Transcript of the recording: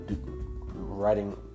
writing